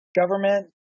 Government